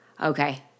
Okay